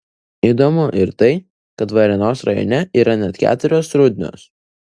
įdomu ir tai kad varėnos rajone yra net keturios rudnios